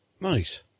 Nice